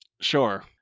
Sure